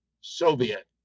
Soviet